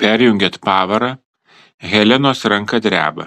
perjungiant pavarą helenos ranka dreba